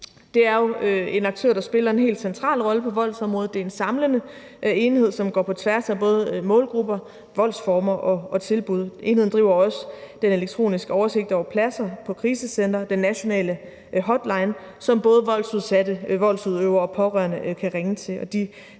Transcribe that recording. Det er jo en aktør, der spiller en helt central rolle på voldsområdet, det er en samlende enhed, som går på tværs af både målgrupper, voldsformer og tilbud. Enheden driver også den elektroniske oversigt over pladser på krisecentre, den nationale hotline, som både voldsudsatte, voldsudøvere og pårørende kan ringe til.